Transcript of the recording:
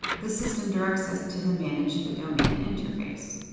the system directs us to the manage the domain interface.